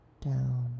Down